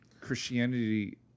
christianity